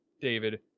David